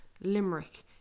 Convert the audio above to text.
limerick